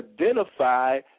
identify